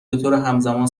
بطورهمزمان